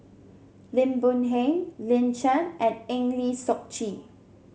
Lim Boon Heng Lin Chen and Eng Lee Seok Chee